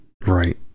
right